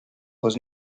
was